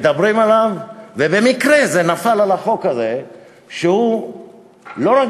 מדברים עליו, בכל העולם.